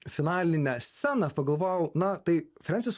finalinę sceną pagalvojau na tai frensis